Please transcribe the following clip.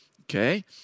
okay